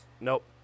Nope